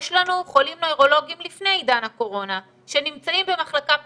יש לנו חולים נוירולוגיים לפני עידן הקורונה שנמצאים במחלקה פנימית,